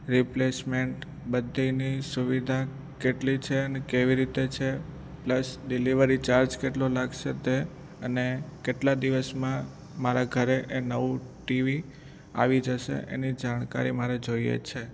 replacement બધીની સુવિધા કેટલી છે અને કેવી રીતે છે પ્લસ ડિલેવરી ચાર્જ કેટલો લાગશે તે અને કેટલા દિવસમાં મારા ઘરે એ નવું ટીવી આવી જશે એની જાણકારી મારે જોઈએ છે